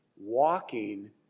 walking